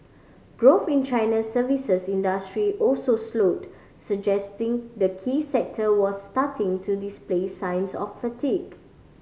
growth in China's services industry also slowed suggesting the key sector was starting to display signs of fatigue